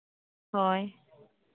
ᱦᱳᱭ